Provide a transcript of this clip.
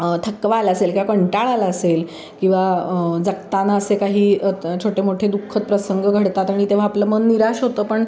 थकवा आला असेल किंवा कंटाळा आला असेल किंवा जगताना असे काही छोटे मोठे दुःखद प्रसंग घडतात आणि तेव्हा आपलं मन निराश होतं पण